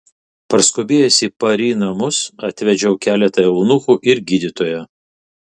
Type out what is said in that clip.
parskubėjęs į pari namus atvedžiau keletą eunuchų ir gydytoją